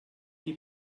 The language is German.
die